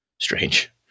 Strange